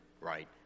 right